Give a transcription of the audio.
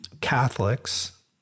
Catholics